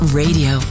radio